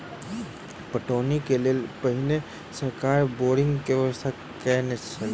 पटौनीक लेल पहिने सरकार बोरिंगक व्यवस्था कयने छलै